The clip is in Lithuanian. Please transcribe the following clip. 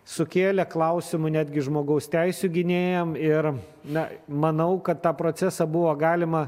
sukėlė klausimų netgi žmogaus teisių gynėjam ir na manau kad tą procesą buvo galima